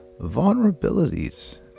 vulnerabilities